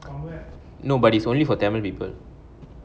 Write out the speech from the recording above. nobody's only for tamil people